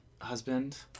husband